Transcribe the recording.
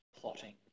plotting